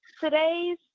today's